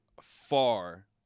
far